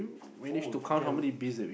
oh damn